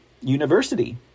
University